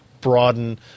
broaden